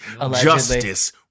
Justice